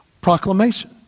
Proclamation